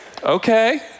okay